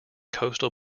coastal